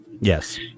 Yes